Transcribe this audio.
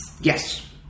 Yes